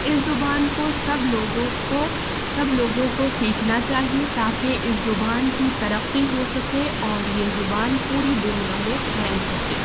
اس زبان کو سب لوگوں کو سب لوگوں کو سیکھنا چاہیے تاکہ اس زبان کی ترقی ہو سکے اور یہ زبان پوری دنیا میں پھیل سکے